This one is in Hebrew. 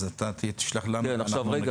אז אתה תשלח לנו -- כן אבל רגע,